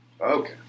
Okay